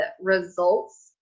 results